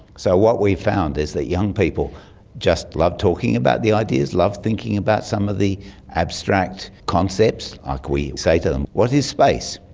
so what we found is that young people just love talking about the ideas, love thinking about some of the abstract concepts. like ah we say to them what is space,